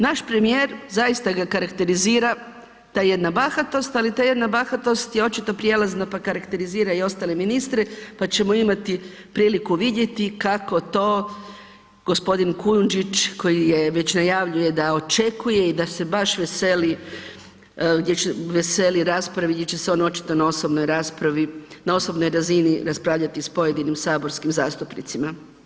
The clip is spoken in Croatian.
Naš premijer, zaista ga karakterizira ta jedna bahatost, ali ta jedna bahatost je očito prijelazna, pa karakterizira i ostale ministre, pa ćemo imati priliku vidjeti kako to g. Kujundžić koji je, već najavljuje da očekuje i da se baš veseli gdje će, veseli raspravi gdje će se on očito na osobnoj raspravi, na osobnoj razini raspravljati s pojedinim saborskim zastupnicima.